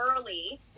early